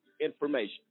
information